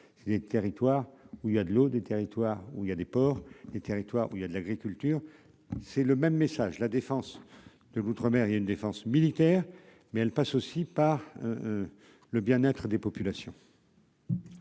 bien et territoires où il y a de l'eau des territoires où il y a des ports, des territoires où il y a de l'agriculture, c'est le même message : la défense de l'outre-mer, il y a une défense militaire mais elle passe aussi par le bien-être des populations.